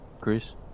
Chris